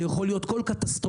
זה יכול להיות כל קטסטרופה